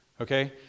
Okay